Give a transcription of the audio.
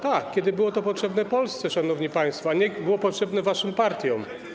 Tak, kiedy było to potrzebne Polsce, szanowni państwo, a nie było potrzebne waszym partiom.